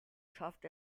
schafft